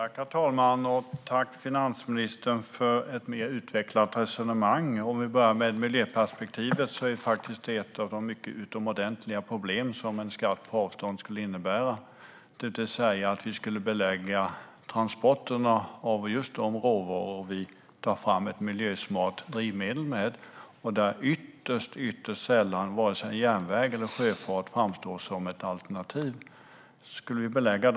Herr talman! Jag vill tacka finansministern för ett mer utvecklat resonemang. Jag börjar med miljöperspektivet. Problem för miljön är faktiskt ett av de utomordentliga problem som en skatt på avstånd skulle innebära. Transporterna av just de råvaror av vilka vi tar fram ett miljösmart drivmedel skulle beläggas med ökade kostnader. Det är ytterst sällan som järnväg eller sjöfart framstår som ett alternativ i det fallet.